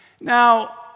Now